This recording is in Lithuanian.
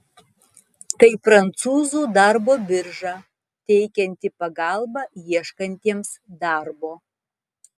tai prancūzų darbo birža teikianti pagalbą ieškantiems darbo